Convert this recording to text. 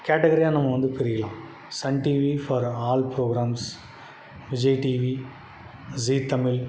கேட்டகிரியாக நம்ம வந்து பிரிக்கலாம் Sun TV for all programs Vijay TV Zee Tamil